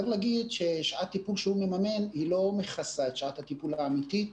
צריך לומר ששעת טיפול שהוא מממן אינה מכסה את שעת הטיפול האמיתית.